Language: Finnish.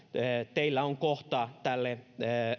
teillä on kohta tälle